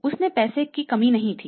उसे पैसे की कमी नहीं थी